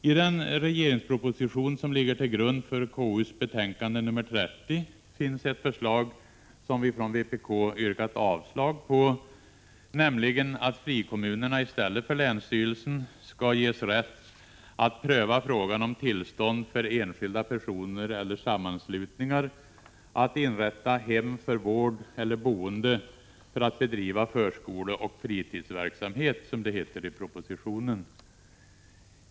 I den regeringsproposition som ligger till grund för KU:s betänkande nr 30 finns ett förslag som vi från vpk yrkat avslag på, nämligen att frikommunerna i stället för länsstyrelsen skall ges rätt att pröva frågan om tillstånd för enskilda personer eller sammanslutningar att inrätta hem för vård eller boende för att bedriva förskoleeller fritidsverksamhet, som det heter i propositionen.